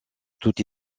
tout